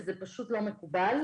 וזה פשוט לא מקובל.